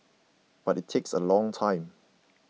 but it takes a long time